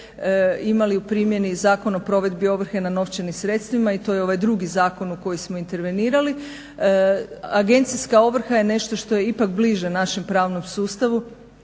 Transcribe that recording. imali u primjeni Zakon o provedbi ovrhe na novčanim sredstvima i to je ovaj drugi zakon u koji smo intervenirali. Agencijska ovrha je nešto što je ipak bliže našem pravnom sustavu,